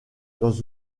dans